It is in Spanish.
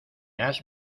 has